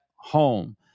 home